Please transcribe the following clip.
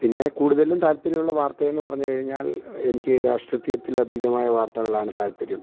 പിന്നെ കൂടുതലും താല്പര്യമുള്ള വാർത്തയെന്ന് പറഞ്ഞ് കഴിഞ്ഞാൽ എനിക്ക് രാഷ്ട്രീയത്തിൽ അതീതമായ വാർത്തകളാണ് താല്പര്യം